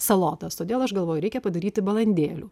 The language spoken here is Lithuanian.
salotas todėl aš galvoju reikia padaryti balandėlių